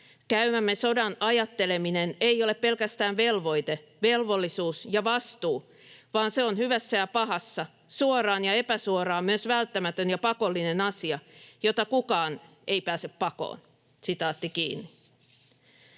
Käymämme sodan ajatteleminen ei ole pelkästään velvoite, velvollisuus ja vastuu, vaan se on hyvässä ja pahassa suoraan ja epäsuoraan myös välttämätön ja pakollinen asia, jota kukaan ei pääse pakoon.” Tätä Derridan